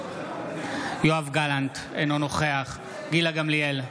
יואב גלנט, אינו נוכח גילה גמליאל,